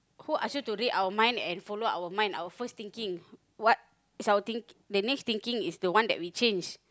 who ask you to read our mind and follow our mind our first thinking what's our thinking the next thinking is the one that we change